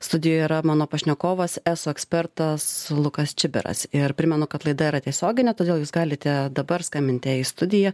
studijoj yra mano pašnekovas eso ekspertas lukas čibiras ir primenu kad laida yra tiesioginė todėl jūs galite dabar skambinti į studiją